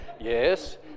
yes